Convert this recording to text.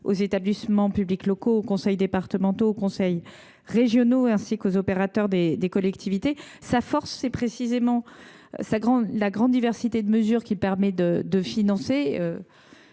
aux établissements publics locaux, aux conseils départementaux, aux conseils régionaux, ainsi qu’aux opérateurs des collectivités. Sa force, c’est précisément la grande diversité de mesures qu’il permet de financer,